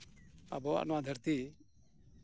ᱟᱵᱚᱣᱟᱜ ᱱᱚᱶᱟ ᱫᱷᱟᱹᱨᱛᱤ